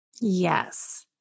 Yes